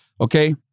okay